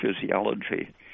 physiology